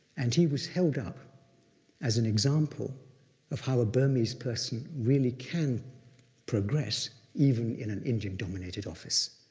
and he was held up as an example of how a burmese person really can progress even in an indian-dominated office.